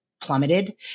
plummeted